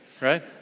right